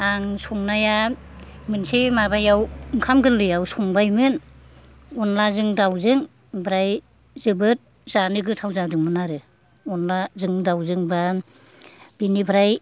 आं संनाया मोनसे माबायाव ओंखाम गोरलैआव संबायमोन अनलाजों दावजों ओमफ्राय जोबोद जानो गोथाव जादोंमोन आरो अनलाजों दावजों बा बिनिफ्राय